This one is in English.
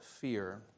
fear